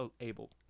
able